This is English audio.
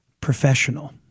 Professional